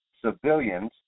civilians